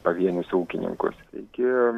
pavienius ūkininkus taigi